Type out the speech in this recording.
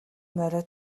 морио